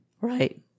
Right